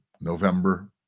November